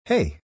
Hey